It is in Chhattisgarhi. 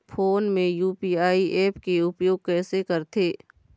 फोन मे यू.पी.आई ऐप के उपयोग कइसे करथे?